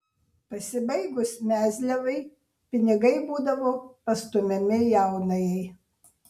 pasibaigus mezliavai pinigai būdavo pastumiami jaunajai